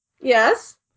Yes